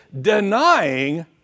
denying